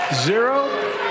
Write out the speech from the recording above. Zero